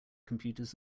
computers